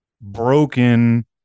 broken